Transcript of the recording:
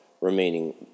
remaining